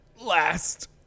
last